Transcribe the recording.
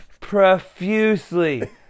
profusely